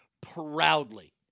proudly